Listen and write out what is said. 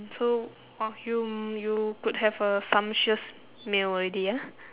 so !wow! you you could have a sumptuous meal already ah